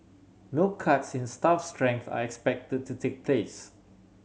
no cuts in staff strength are expected to take place